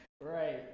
Right